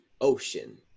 ocean